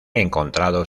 encontrado